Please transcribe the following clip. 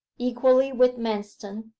equally with manston,